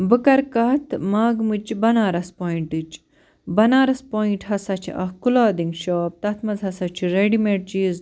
بہٕ کَرٕ کَتھ ماگٕمٕچہٕ بنارَس پواینٹٕچ بنارَس پواینٹ ہسا چھِ اَکھ کُلادِنٛگ شاپ تَتھ منٛز ہسا چھُ ریڈی میڈ چیٖز